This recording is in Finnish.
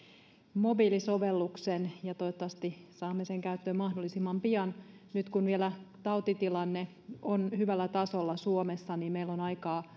mobiilisovelluksen ja toivottavasti saamme sen käyttöön mahdollisimman pian nyt kun vielä tautitilanne on hyvällä tasolla suomessa meillä on aikaa